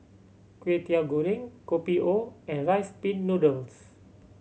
Kway Teow Goreng Kopi O and Rice Pin Noodles